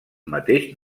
mateix